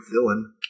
villain